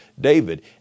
David